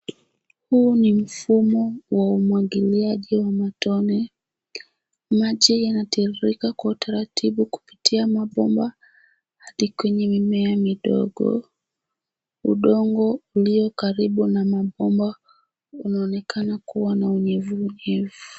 Huu ni mfumo wa umwagiliaji wa matone. Maji yanatiririka kwa utaratibu kupitia mabomba hadi kwenye mimea midogo. Udongo ulio karibu na mabomba unaonekana kuwa na unyevu unyevu.